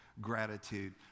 gratitude